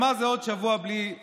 אבל מה כן חוקק וקודם בשבועיים האלו?